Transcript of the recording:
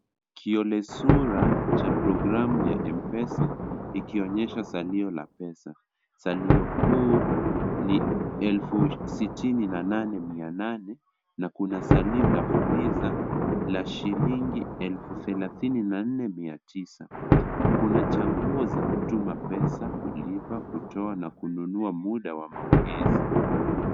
Kiole sura cha programu ya Mpesa ikionyesha salio la pesa. Salio kuu ni elfu sitini na nane Mia nane na kuna salio la Fuliza la shilingi elfu thelathini na nne Mia tisa. Kuna chaguo za kutuma pesa, kulipa, kutoa na kununua muda wa maongezi.